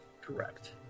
correct